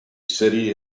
city